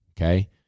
okay